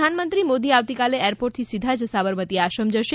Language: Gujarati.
પ્રધાન મંત્રી શ્રી મોદી આવતીકાલે એરપોર્ટથી સીધા જ સાબરમતી આશ્રમ જશે